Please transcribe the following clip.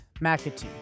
McAtee